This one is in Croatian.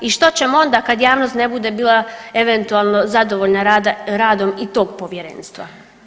I što ćemo onda kad javnost ne bude bila eventualno zadovoljna radom i tog povjerenstva.